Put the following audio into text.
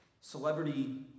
celebrity